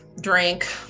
drink